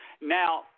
Now